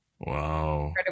wow